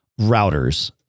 routers